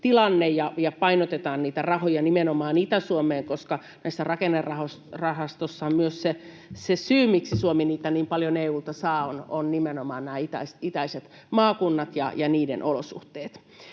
ja painotetaan niitä rahoja nimenomaan Itä-Suomeen, koska rakennerahastoissa myös se syy, miksi Suomi niitä niin paljon EU:lta saa, on nimenomaan itäiset maakunnat ja niiden olosuhteet.